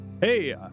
Hey